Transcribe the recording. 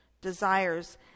desires